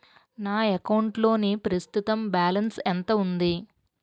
నా అకౌంట్ లోని ప్రస్తుతం బాలన్స్ ఎంత ఉంది?